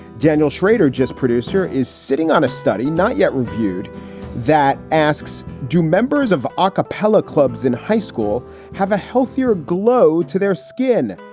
daniel shrader, just producer, is sitting on a study not yet reviewed that asks, do members of acappella clubs in high school have a healthier glow to their skin?